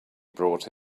brought